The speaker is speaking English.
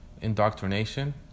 indoctrination